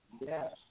Yes